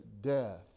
death